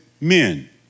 men